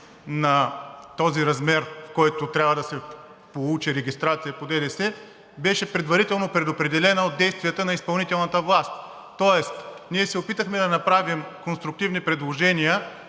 на този размер, за който трябва да се получи регистрация по ДДС, беше предварително предопределена от действията на изпълнителната власт, тоест ние се опитахме да направим конструктивни предложения,